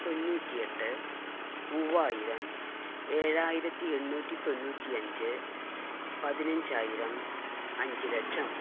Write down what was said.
തൊണ്ണൂറ്റിയെട്ട് മൂവായിരം ഏഴായിരത്തി എണ്ണൂറ്റി തൊണ്ണൂറ്റി അഞ്ച് പതിനഞ്ചായിരം അഞ്ച് ലക്ഷം